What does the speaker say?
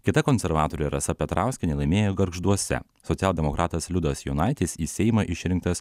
kita konservatorė rasa petrauskienė laimėjo gargžduose socialdemokratas liudas jonaitis į seimą išrinktas